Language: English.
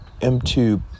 m2